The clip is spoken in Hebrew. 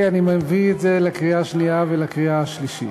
אני מביא את זה לקריאה השנייה ולקריאה השלישית.